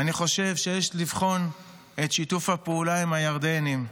אני חושב שיש לבחון את שיתוף הפעולה עם הירדנים.